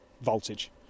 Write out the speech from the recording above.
voltage